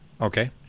Okay